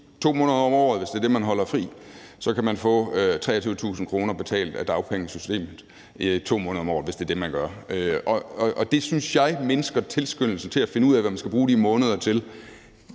2 måneder om året, hvis det er det, man holder fri, kan få 23.000 kr. betalt af dagpengesystemet – altså i 2 måneder om året, hvis det er det, man gør. Det syntes jeg mindsker tilskyndelsen til at finde ud af, hvad man skal bruge de måneder til,